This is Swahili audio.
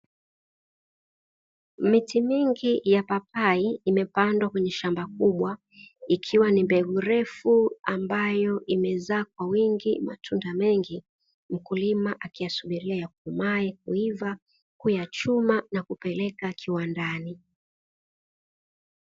Miti mingi ya papai imepandwa kwenye shamba kubwa ikiwa ni mbegu refu ambayo imezaa kwa wingi matunda mengi. Mkulima akiyasubiria yakomae, kuiva, kuyachuma na kupeleka kiwandani."